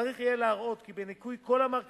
אציין כי צריך יהיה להראות כי בניכוי כל המרכיבים